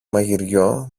μαγειριό